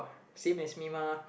same as me mah